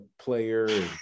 player